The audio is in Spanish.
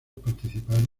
participaron